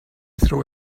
throw